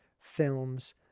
films